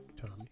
Tommy